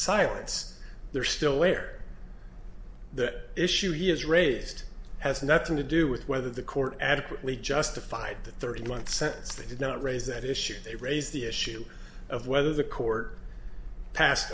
silence they're still there the issue he has raised has nothing to do with whether the court adequately justified the thirty month sentence they did not raise that issue they raised the issue of whether the court passed